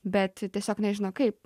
bet tiesiog nežino kaip